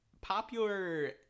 popular